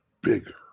bigger